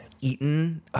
eaten